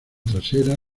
trasera